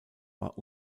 war